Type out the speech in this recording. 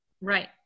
Right